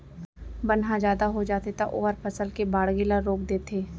बन ह जादा हो जाथे त ओहर फसल के बाड़गे ल रोक देथे